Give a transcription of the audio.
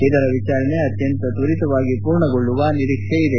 ಇದರ ವಿಚಾರಣೆ ಅತ್ಯಂತ ತ್ವರಿತವಾಗಿ ಪೂರ್ಣಗೊಳ್ಳುವ ನಿರೀಕ್ಷೆ ಇದೆ